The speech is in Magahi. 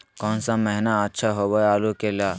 कौन सा महीना अच्छा होइ आलू के ला?